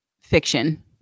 fiction